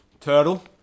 Turtle